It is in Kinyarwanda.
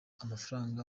amafaranga